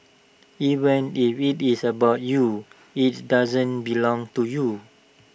even if IT is about you IT doesn't belong to you